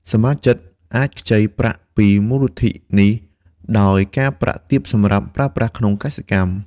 សមាជិកអាចខ្ចីប្រាក់ពីមូលនិធិនេះដោយការប្រាក់ទាបសម្រាប់ប្រើប្រាស់ក្នុងកសិកម្ម។